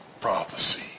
prophecy